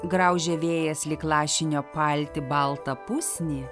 graužia vėjas lyg lašinio paltį baltą pusnį